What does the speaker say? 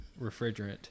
refrigerant